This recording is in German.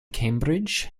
cambridge